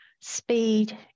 speed